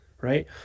Right